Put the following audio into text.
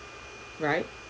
right